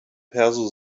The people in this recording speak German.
perso